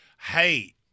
hey